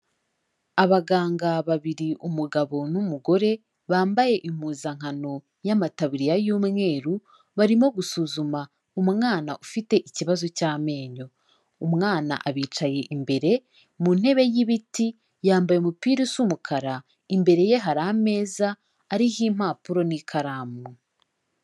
Abaganga babiri umugabo n'umugore, bambaye impuzankano yamatabiririya y'umweru, barimo gusuzuma umwana ufite ikibazo cy'amenyo, umwana abicaye imbere mu ntebe y'ibiti, yambaye umupira usa umukara imbere ye hari ameza ariho impapuro n'ikaramu.